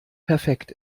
perfekt